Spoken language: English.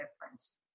difference